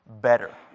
better